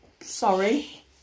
sorry